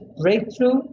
Breakthrough